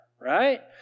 right